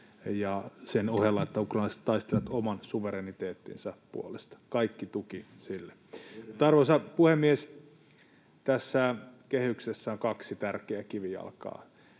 sen ohella, että ukrainalaiset taistelevat oman suvereniteettinsa puolesta — kaikki tuki sille. Arvoisa puhemies! Tässä kehyksessä on kaksi tärkeää kivijalkaa,